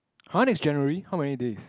!huh! next January how many days